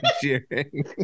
cheering